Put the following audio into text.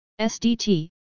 SDT